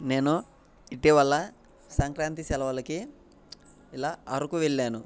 నేను ఇటీవల సంక్రాంతి సెలవులకి ఇలా అరకు వెళ్ళాను